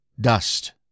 Dust